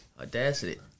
Audacity